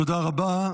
תודה רבה.